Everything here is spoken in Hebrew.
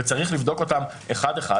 וצריך לבדוק אותם אחד-אחד.